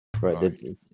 Right